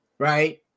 Right